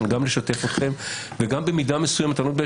גם לשתף אתכם וגם במידה מסוימת - ואני